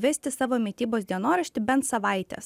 vesti savo mitybos dienoraštį bent savaitės